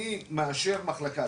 אני מאשר מחלקה.